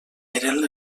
eren